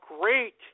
great